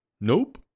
nope